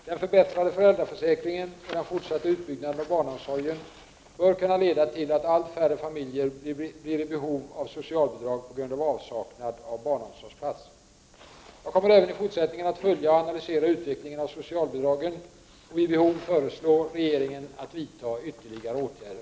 Den förbättrade föräldraförsäkringen och den fortsatta utbyggnaden av barnomsorgen bör kunna leda till att allt färre familjer blir i behov av socialbidrag på grund av avsaknad av barnomsorgsplats. Jag kommer även i fortsättningen att följa och analysera utvecklingen av socialbidragen och att vid behov föreslå regeringen att vidta ytterligare åtgärder.